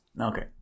Okay